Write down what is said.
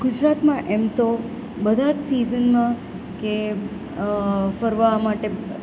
ગુજરાતમાં એમ તો બધા જ સિઝનમાં કે ફરવા માટે